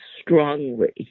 strongly